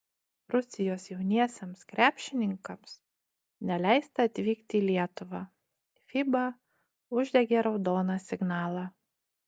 rusijos jauniesiems krepšininkams neleista atvykti į lietuvą fiba uždegė raudoną signalą